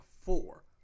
four